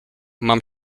mam